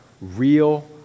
real